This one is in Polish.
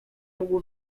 mógł